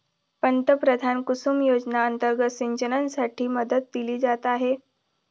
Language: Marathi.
पंतप्रधान कुसुम योजना अंतर्गत सिंचनासाठी मदत दिली जात आहे